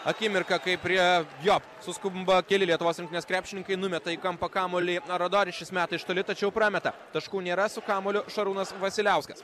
akimirką kai prie jo suskumba keli lietuvos rinktinės krepšininkai numeta į kampą kamuolį aradori šis meta iš toli tačiau prameta taškų nėra su kamuoliu šarūnas vasiliauskas